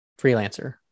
freelancer